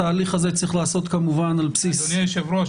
התהליך הזה צריך להיעשות על בסיס --- אדוני היושב-ראש,